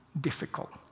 difficult